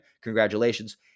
congratulations